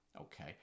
okay